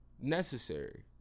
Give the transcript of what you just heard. necessary